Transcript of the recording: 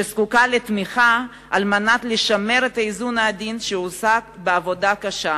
שזקוקה לתמיכה כדי לשמר את האיזון העדין שהושג בה בעבודה קשה,